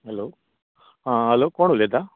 hello आं hello कोण उलयता